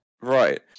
Right